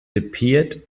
appeared